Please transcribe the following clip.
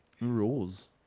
Rules